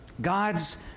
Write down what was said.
God's